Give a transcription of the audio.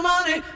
money